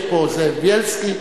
יש פה זאב בילסקי,